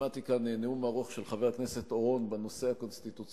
שמעתי כאן נאום ארוך של חבר הכנסת אורון בנושא הקונסטיטוציוני,